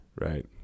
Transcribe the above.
Right